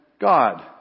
God